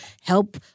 help